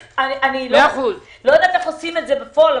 לא יודעת איך עושים את זה בפועל,